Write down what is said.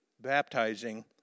baptizing